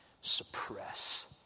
suppress